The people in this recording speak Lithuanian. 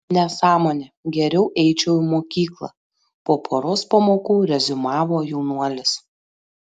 nesąmonė geriau eičiau į mokyklą po poros pamokų reziumavo jaunuolis